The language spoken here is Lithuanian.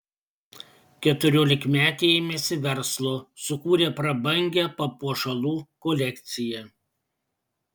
keturiolikmetė ėmėsi verslo sukūrė prabangią papuošalų kolekciją